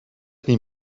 niet